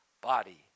body